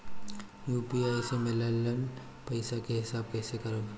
UPI से मिलल पईसा के हिसाब कइसे करब?